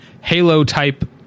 Halo-type